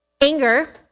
Anger